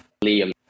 Liam